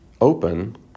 open